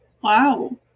Wow